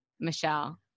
Michelle